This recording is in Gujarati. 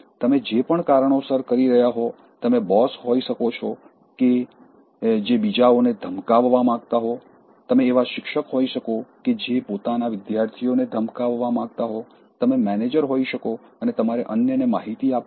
તમે જે પણ કારણોસર કરી રહ્યા હો તમે બોસ હોઇ શકો છો કે જે બીજાઓને ધમકાવવા માંગતા હો તમે એવા શિક્ષક હોઈ શકો કે જે પોતાના વિદ્યાર્થીઓને ધમકાવવા માંગતા હો તમે મેનેજર હોઈ શકો અને તમારે અન્યને માહિતી આપવી હોય